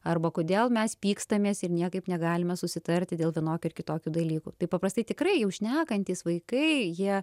arba kodėl mes pykstamės ir niekaip negalime susitarti dėl vienokių ar kitokių dalykų taip paprastai tikrai jau šnekantys vaikai jie